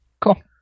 Cool